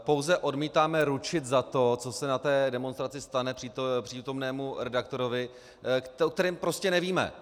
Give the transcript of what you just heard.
Pouze odmítáme ručit za to, co se na té demonstraci stane přítomnému redaktorovi, o kterém prostě nevíme.